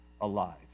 alive